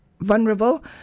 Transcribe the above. vulnerable